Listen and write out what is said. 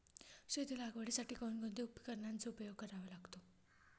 शेती लागवडीसाठी कोणकोणत्या उपकरणांचा उपयोग करावा लागतो?